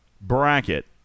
bracket